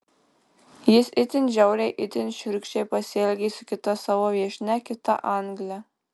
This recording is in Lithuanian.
jis itin žiauriai itin šiurkščiai pasielgė su kita savo viešnia kita angle